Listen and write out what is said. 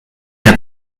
hat